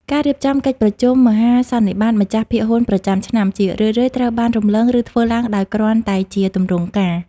ការរៀបចំកិច្ចប្រជុំមហាសន្និបាតម្ចាស់ភាគហ៊ុនប្រចាំឆ្នាំ ជារឿយៗត្រូវបានរំលង ឬធ្វើឡើងដោយគ្រាន់តែជាទម្រង់ការ។